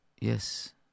Yes